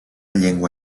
llengua